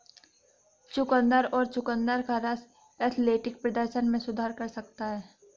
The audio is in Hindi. चुकंदर और चुकंदर का रस एथलेटिक प्रदर्शन में सुधार कर सकता है